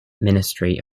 ministry